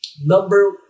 Number